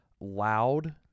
loud